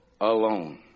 Alone